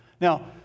Now